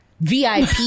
VIP